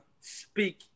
speak